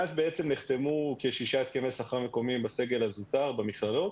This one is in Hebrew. מאז נחתמו כשישה הסכמי שכר מקומיים בסגל הזוטר במכללות,